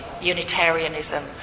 Unitarianism